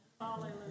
Hallelujah